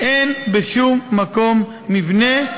אין בשום מקום מבנה,